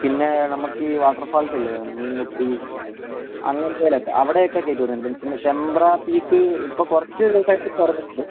പിന്നെ നമുക്ക് ഈ വാട്ടർ ഫാൾസില്ലേ മീൻമുട്ടി അങ്ങനത്തേലൊക്കെ അവിടെയൊക്കേ കയറ്റിവിടുന്നുണ്ട് പിന്നെ ചെമ്പ്ര പീക്ക് ഇപ്പം കുറച്ച് ദിവസമായിട്ട് തുറന്നിട്ടുണ്ട്